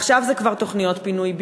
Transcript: עכשיו זה כבר תוכניות פינוי-בינוי,